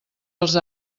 els